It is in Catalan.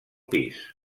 pis